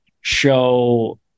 show